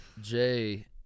Jay